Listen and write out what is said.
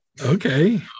Okay